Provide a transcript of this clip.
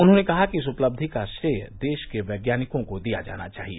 उन्होंने कहा कि इस उपलब्धि का श्रेय देश के वैज्ञानिकों को दिया जाना चाहिए